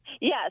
Yes